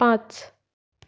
पांच